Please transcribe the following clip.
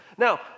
Now